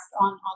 on